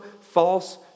false